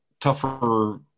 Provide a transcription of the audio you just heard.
tougher